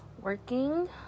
working